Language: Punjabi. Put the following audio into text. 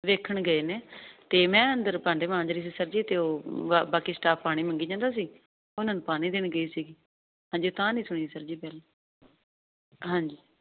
ਵੇਖਣ ਗਏ ਨੇ ਤੇ ਮੈਂ ਅੰਦਰ ਭਾਂਡੇ ਮਾਂਜਰੀ ਦੀ ਸਬਜੀ ਤੇ ਉਹ ਬਾਕੀ ਸਟਾਫ ਪਾਣੀ ਮੰਗੀ ਜਾਂਦਾ ਸੀ ਉਹਨਾਂ ਨੂੰ ਪਾਣੀ ਦੇਣ ਗਈ ਸੀ ਹਾਂਜੀ ਤਾਂ ਨਹੀਂ ਸੁਣੀ ਸਰ ਜੀ